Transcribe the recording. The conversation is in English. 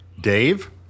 Dave